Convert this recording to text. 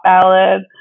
ballad